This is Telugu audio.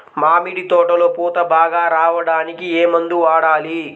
మామిడి తోటలో పూత బాగా రావడానికి ఏ మందు వాడాలి?